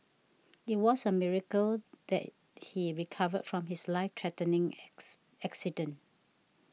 it was a miracle that he recovered from his life threatening X accident